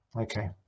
Okay